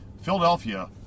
Philadelphia